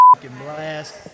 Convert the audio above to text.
blast